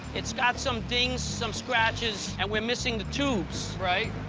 it's got some dings, some scratches, and we're missing the tubes. right.